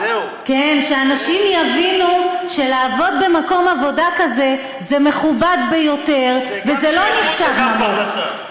שאנשים יבינו שלעבוד במקום עבודה כזה זה מכובד ביותר וזה לא נחשב נמוך.